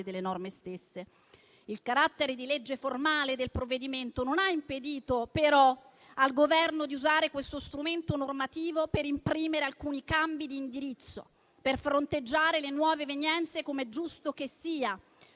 delle norme stesse. Il carattere di legge formale del provvedimento non ha impedito però al Governo di usare questo strumento normativo per imprimere alcuni cambi di indirizzo, per fronteggiare le nuove evenienze, com'è giusto che sia,